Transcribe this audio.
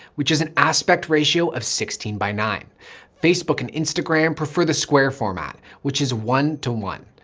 which has an aspect ratio of sixteen by nine facebook and instagram prefer the square format, which is one to one.